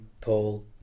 Paul